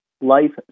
Life